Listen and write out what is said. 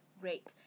Great